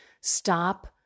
stop